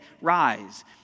rise